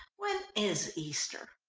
when is easter?